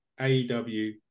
AEW